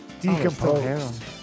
decomposed